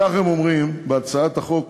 כך הם אומרים בהצעת החוק